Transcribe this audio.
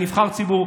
אני נבחר ציבור,